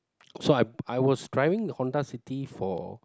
so I I was driving the Honda City for